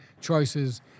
choices